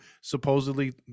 supposedly